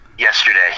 yesterday